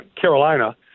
Carolina